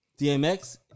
DMX